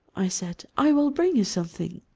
i said, i will bring you something.